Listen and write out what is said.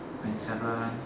ninety seven